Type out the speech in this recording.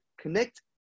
connect